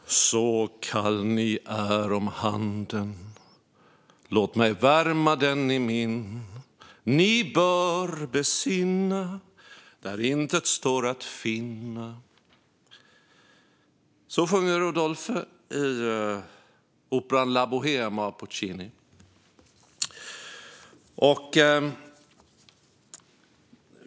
Fru talman! Så kall ni är om handenlåt mig värma den i minNi bör besinnadär intet står att finna Så sjunger Rodolphe i operan La Bohème av Puccini.